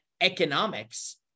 economics